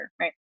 right